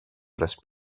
place